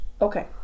Okay